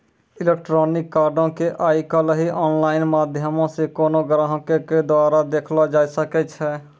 electronic कार्डो के आइ काल्हि आनलाइन माध्यमो से कोनो ग्राहको के द्वारा देखलो जाय सकै छै